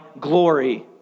glory